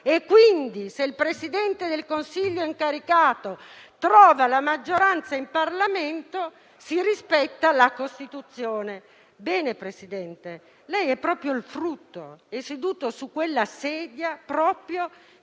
quindi se il Presidente del Consiglio incaricato trova la maggioranza in Parlamento, si rispetta la Costituzione. Ebbene, presidente Draghi, lei è proprio il frutto: è seduto su quella sedia proprio